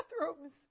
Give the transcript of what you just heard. bathrooms